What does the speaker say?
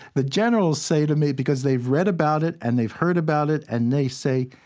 the generals say to me, because they've read about it, and they've heard about it, and they say,